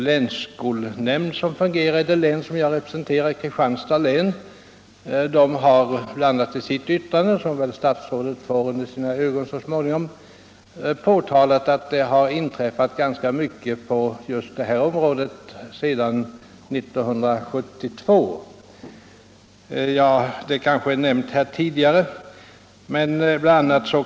Länsskolnämnden i det län jag representerar, Kristianstads län, har i sitt yttrande — som väl statsrådet får under sina ögon så småningom -— bl.a. påtalat att det har inträffat ganska mycket på just det här området sedan 1972.